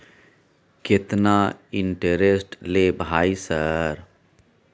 केतना इंटेरेस्ट ले भाई सर?